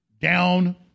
down